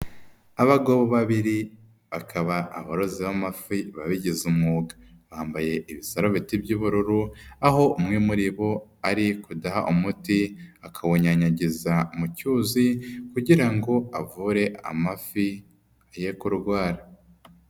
Abagabo babiri bakaba aborozi b'amafi babigize umwuga. Bambaye ibisarabeti by'ubururu, aho umwe muri bo, ari kudaha umuti akawuyanyagiza mu cyuzi kugira ngo avure amafi, yekurwara.